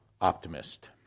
optimist